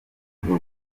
urwo